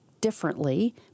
differently